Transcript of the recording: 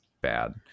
bad